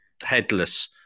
headless